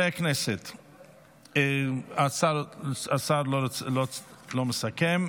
השר לא מסכם.